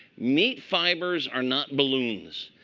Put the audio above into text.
meat fibers are not balloons.